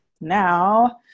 Now